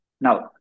Now